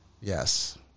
Yes